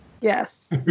Yes